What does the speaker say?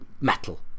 metal